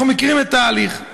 אנחנו מכירים את התהליך.